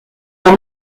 leur